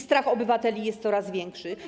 Strach obywateli jest coraz większy.